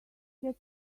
get